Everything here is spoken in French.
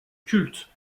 culte